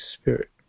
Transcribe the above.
Spirit